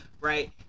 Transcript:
right